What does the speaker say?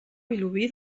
vilobí